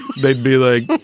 they'd be like,